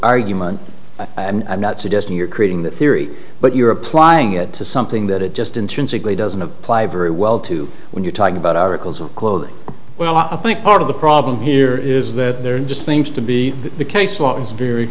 argument i'm not suggesting you're creating the theory but you're applying it to something that it just intrinsically doesn't apply very well to when you're talking about articles of clothing well i think part of the problem here is that there just seems to be the case